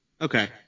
Okay